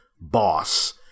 boss